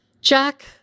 Jack